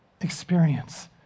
experience